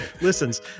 listens